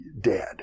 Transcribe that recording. dead